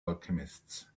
alchemists